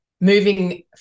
moving